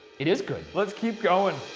it is good. let's keep going.